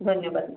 ଧନ୍ୟବାଦ ମ୍ୟାଡ଼ାମ